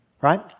right